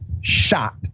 shot